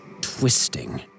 twisting